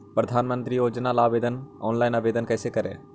प्रधानमंत्री योजना ला ऑनलाइन आवेदन कैसे करे?